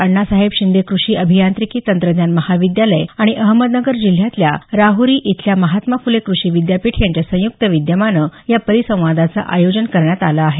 आण्णासाहेब शिंदे कृषि अभियांत्रिकी तंत्रज्ञान महाविद्यालय आणि अहमदनगर जिल्ह्यातल्या राहरी इथल्या महात्मा फुले क्रषी विद्यापीठ यांच्या संयुक्त विद्यमानं या परिसंवादाचं आयोजन करण्यात आलं आहे